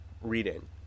reading